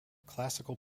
classical